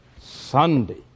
Sunday